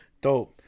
Dope